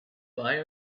buy